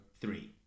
three